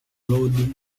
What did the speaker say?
road